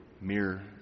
mere